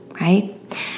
right